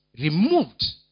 removed